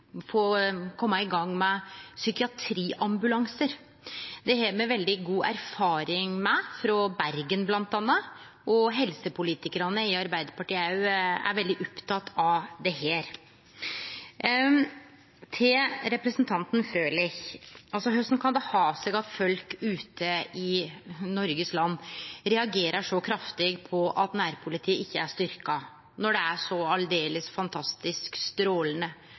få kome i gang med psykiatriambulansar. Det har me veldig god erfaring med frå bl.a. Bergen, og helsepolitikarane i Arbeidarpartiet er veldig opptekne av dette. Til representanten Frølich: Korleis kan det ha seg at folk ute i Noregs land reagerer så kraftig på at nærpolitiet ikkje er styrkt, når det er så aldeles fantastisk strålande,